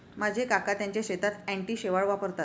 माझे काका त्यांच्या शेतात अँटी शेवाळ वापरतात